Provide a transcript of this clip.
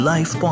Life